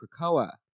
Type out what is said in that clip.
Krakoa